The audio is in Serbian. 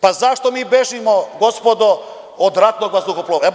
Pa zašto mi bežimo, gospodo, od ratnog vazduhoplovstva?